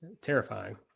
Terrifying